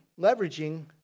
leveraging